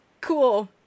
Cool